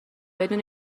بدون